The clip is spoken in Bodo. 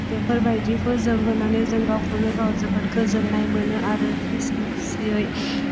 बेफोरबायदिखौ जों होनानै जों गावखौनो गाव जोबोर गोजोननाय मोनो आरो गोसो खुसियै